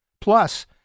Plus